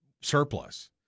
surplus